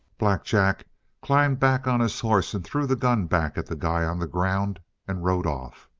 black jack climbed back on his horse and threw the gun back at the guy on the ground and rode off.